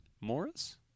Morris